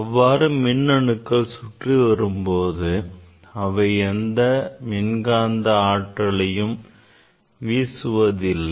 அவ்வாறு மின்னணுக்கள் சுற்றி வரும்போது அவை எந்த மின்காந்த ஆற்றலையும் வீசுவதில்லை